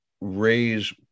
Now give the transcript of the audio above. raise